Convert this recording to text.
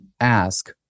ask